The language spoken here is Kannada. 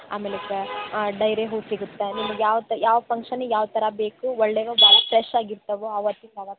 ಆಮೆಲಕ್ಕೆ ಡೈರೆ ಹೂ ಸಿಗತ್ತಾ ನಿಮ್ಗೆ ಯಾವತ್ತು ಯಾವ ಫಂಕ್ಷನಿಗೆ ಯಾವಥರ ಬೇಕು ಒಳ್ಳೆದು ಭಾಳ ಫ್ರೆಶಾಗಿ ಇರ್ತವೆ ಅವತ್ತಿಂದು ಅವತ್ತೆ